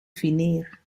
fineer